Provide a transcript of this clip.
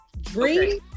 dream